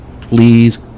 please